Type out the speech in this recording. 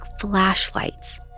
flashlights